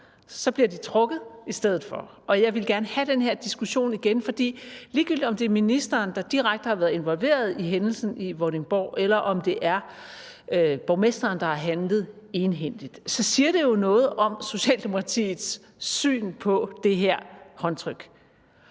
så bliver de trukket i stedet for. Og jeg ville gerne have den her diskussion igen, for ligegyldigt om det er ministeren, der direkte har været involveret i hændelsen i Vordingborg, eller om det er borgmesteren, der har handlet egenhændigt, så siger det jo noget om Socialdemokratiets syn på det her håndtryk.